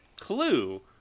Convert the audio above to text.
Clue